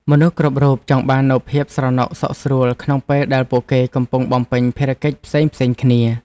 មនុស្សគ្រប់រូបចង់បាននូវភាពស្រណុកសុខស្រួលក្នុងពេលដែលពួកគេកំពុងបំពេញភារកិច្ចផ្សេងៗគ្នា។